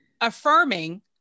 affirming